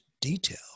detail